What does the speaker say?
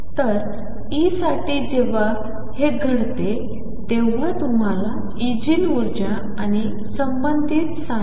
तर E साठी जेव्हा हे घडते तेव्हा तुम्हाला एजीन ऊर्जा आणि संबंधित ψ